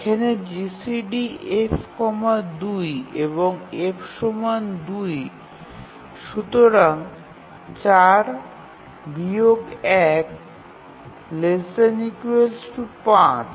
এখানে GCD F ২ এবং F ২ সুতরাং ৪ ১ ≤ ৫